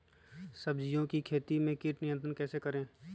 सब्जियों की खेती में कीट नियंत्रण कैसे करें?